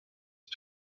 way